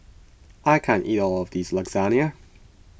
I can't eat all of this Lasagna